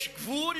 יש גבול